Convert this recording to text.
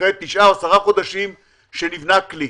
אחרי תשעה או עשרה חודשים שנבנה כלי.